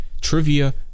trivia